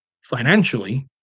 financially